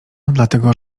dlatego